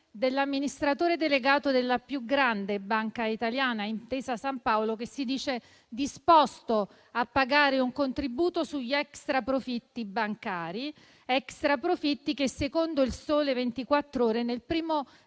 dell'amministratore delegato della più grande banca italiana, Intesa San Paolo, che si dice disposto a pagare un contributo sugli extraprofitti bancari, che, secondo «Il Sole 24 Ore», nel primo